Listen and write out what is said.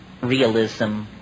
realism